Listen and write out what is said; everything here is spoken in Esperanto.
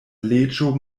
leĝo